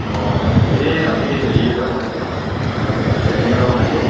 অহ এই আমি হেৰি এটা বনাইছোঁ নহয় প্লেনিং এটা বনাইছোঁ